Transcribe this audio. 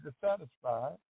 dissatisfied